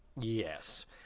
Yes